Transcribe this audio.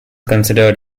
considered